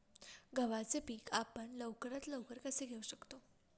गव्हाचे पीक आपण लवकरात लवकर कसे घेऊ शकतो?